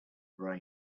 brain